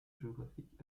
géographique